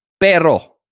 Pero